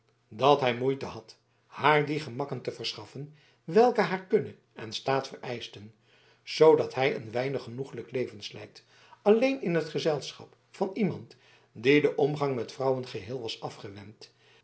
dat hij moeite had haar die gemakken te verschaffen welke haar kunne en staat vereischten zoodat zij een weinig genoeglijk leven sleet alleen in het gezelschap van iemand die den omgang met vrouwen geheel was afgewend